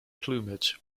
plumage